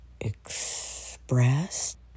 expressed